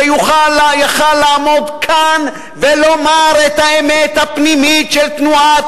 שיוכל לעמוד כאן ולומר את האמת הפנימית של תנועת